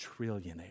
trillionaire